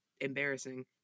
embarrassing